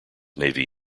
navy